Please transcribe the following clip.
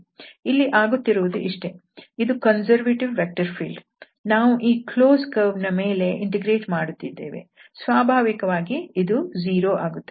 ಇಲ್ಲಿ ಆಗುತ್ತಿರುವುದು ಇಷ್ಟೇ ಇದು ಕನ್ಸರ್ವೇಟಿವ್ ವೆಕ್ಟರ್ ಫೀಲ್ಡ್ ನಾವು ಈ ಕ್ಲೋಸ್ಡ್ ಕರ್ವ್ ನ ಮೇಲೆ ಇಂಟಿಗ್ರೇಟ್ ಮಾಡುತ್ತಿದ್ದೇವೆ ಸ್ವಾಭಾವಿಕವಾಗಿ ಇದು 0 ಆಗುತ್ತದೆ